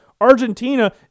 Argentina